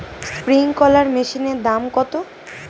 Sprinkler মেশিনের দাম কত?